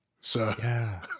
sir